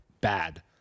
bad